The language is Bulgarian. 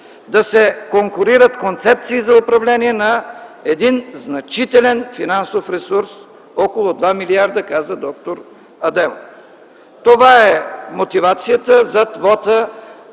да се конкурират концепции за управление на един значителен финансов ресурс. Около 2 милиарда, каза д-р Адемов. Това е мотивацията, която